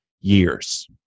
years